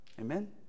Amen